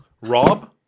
Rob